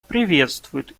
приветствует